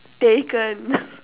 taken